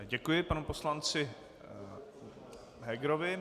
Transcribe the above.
Děkuji panu poslanci Hegerovi.